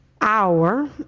hour